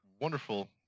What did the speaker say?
wonderful